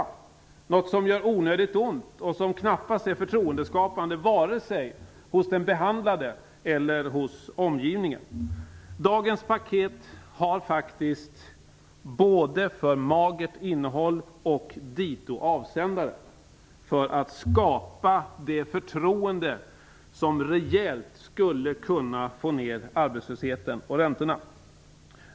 Det är något som gör onödigt ont, och det är knappast förtroendeskapande vare sig hos den behandlade eller hos omgivningen. Dagens paket har faktiskt både ett för magert innehåll och dito avsändare för att skapa det förtroende som skulle kunna få ner arbetslösheten och räntorna rejält.